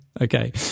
Okay